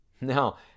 Now